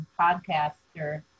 podcaster